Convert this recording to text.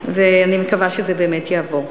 ואני מקווה שזה באמת יעבור.